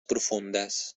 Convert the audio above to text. profundes